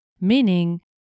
meaning